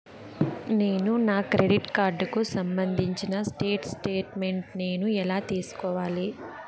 నేను నా క్రెడిట్ కార్డుకు సంబంధించిన స్టేట్ స్టేట్మెంట్ నేను ఎలా తీసుకోవాలి?